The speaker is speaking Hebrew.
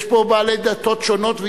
יש פה בעלי דתות שונות,